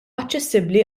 aċċessibbli